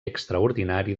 extraordinari